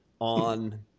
on